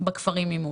בכפרים ממול.